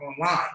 online